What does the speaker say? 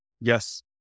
Yes